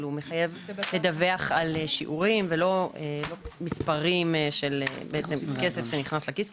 הוא מחייב לדווח על שיעורים ולא מספרים של כסף שנכנס לכיס,